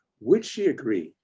would she agree,